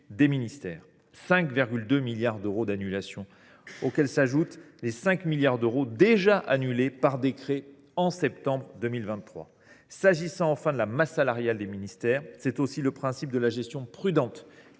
des ministères : 5,2 milliards d’euros d’annulations s’ajoutent aux 5 milliards d’euros déjà annulés par décret en septembre dernier. S’agissant, enfin, de la masse salariale des ministères, c’est aussi le principe de la gestion prudente